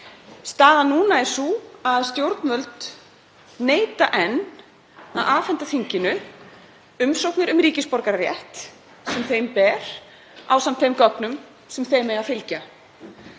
Staðan núna er sú að stjórnvöld neita enn að afhenda þinginu umsóknir um ríkisborgararétt, sem þeim ber, ásamt þeim gögnum sem þeim eiga að fylgja.